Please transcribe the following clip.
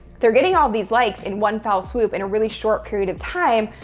they're getting all these likes in one fell swoop in a really short period of time,